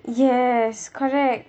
yes correct